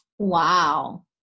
Wow